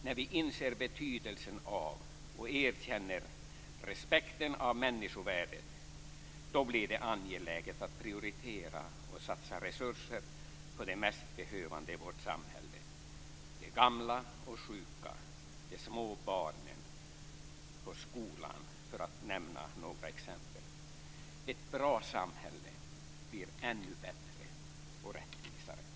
När vi inser betydelsen av och erkänner respekten för människovärdet, då blir det angeläget att prioritera och satsa resurser på de mest behövande i vårt samhälle - de gamla och sjuka, de små barnen och skolan, för att nämna några exempel. Ett bra samhälle bli ännu bättre och rättvisare.